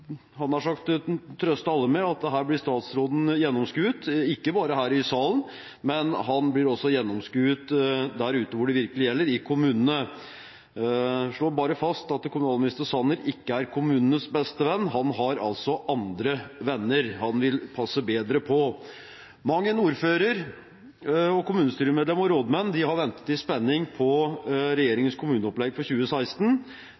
han i mangel av egne og bedre forslag. Jeg kan bare – jeg hadde nær sagt – trøste alle med at her blir statsråden gjennomskuet – ikke bare her i salen, han blir også gjennomskuet der ute hvor det virkelig gjelder: i kommunene. Jeg slår bare fast at kommunalminister Sanner ikke er kommunenes beste venn, han har altså andre venner han vil passe bedre på. Mang en ordfører, kommunestyremedlem og rådmann har ventet i spenning på